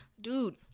dude